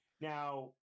Now